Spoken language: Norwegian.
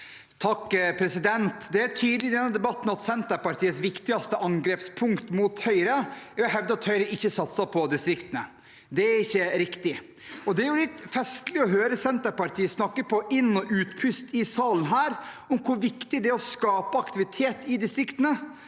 (H) Det er tydelig i denne debatten at Senterpartiets viktigste angrepspunkt mot Høyre er å hevde at Høyre ikke satser på distriktene. Det er ikke riktig. Det er litt festlig å høre Senterpartiet snakke på inn- og utpust i salen her om hvor viktig det er å skape aktivitet i distriktene,